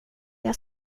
jag